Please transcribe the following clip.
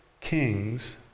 kings